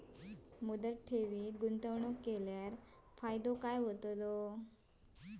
मुदत ठेवीत गुंतवणूक केल्यास फायदो काय आसा?